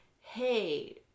hey